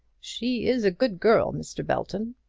she is a good girl, mr. belton.